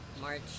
March